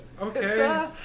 Okay